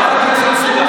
חברת הכנסת סטרוק,